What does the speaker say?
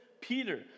Peter